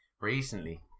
Recently